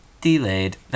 delayed